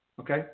Okay